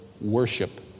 worship